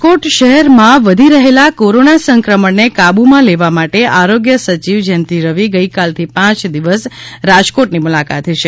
રાજકોટ શહેરમાં વધી રહેલા કોરોના સંક્રમણને કાબૂમાં લેવા માટે આરોગ્ય સચિવ જયંતિ રવિ ગઇકાલથી પાંચ દિવસ રાજકોટની મુલાકાતે છે